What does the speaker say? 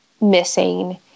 missing